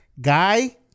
Guy